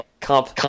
comp –